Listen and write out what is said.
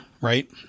right